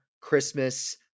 Christmas